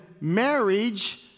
marriage